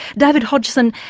david hodgson,